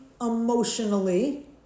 emotionally